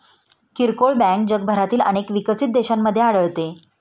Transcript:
किरकोळ बँक जगभरातील अनेक विकसित देशांमध्ये आढळते